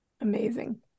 amazing